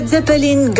Zeppelin